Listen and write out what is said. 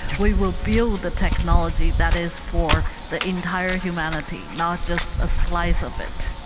we will build the technology that is for the entire humanity, not just a slice of it.